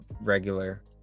regular